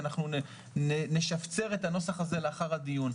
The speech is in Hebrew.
אנחנו נשפצר את הנוסח הזה לאחר הדיון,